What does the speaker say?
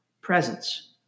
presence